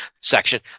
section